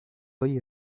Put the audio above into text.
hoy